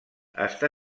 està